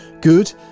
good